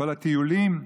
כל הטיולים,